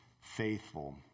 faithful